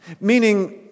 meaning